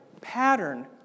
pattern